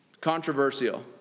controversial